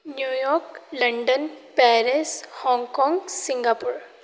New York London Paris Hong Kong Singapore